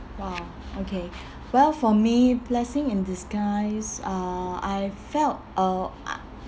!wow! okay well for me blessing in disguise uh I felt uh I